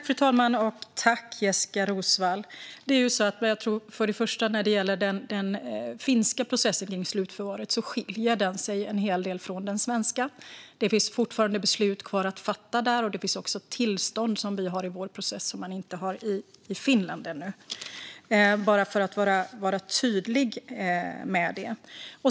Fru talman! Först och främst skiljer sig den finska processen för slutförvar en hel del från den svenska. Det finns fortfarande beslut kvar att fatta där, och det finns också tillstånd i vår process som man ännu inte har i Finland. Jag vill vara tydlig med detta.